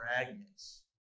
fragments